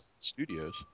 Studios